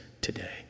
today